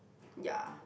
ya